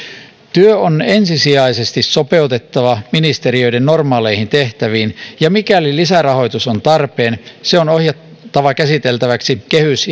työ on ensisijaisesti sopeutettava ministeriöiden normaaleihin tehtäviin ja mikäli lisärahoitus on tarpeen se on ohjattava käsiteltäväksi kehys